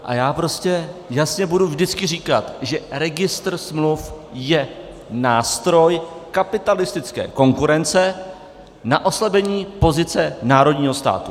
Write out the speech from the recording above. A já prostě jasně budu vždycky říkat, že registr smluv je nástroj kapitalistické konkurence na oslabení pozice národního státu.